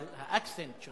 אבל האקסנט שונה.